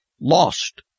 lost